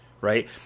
right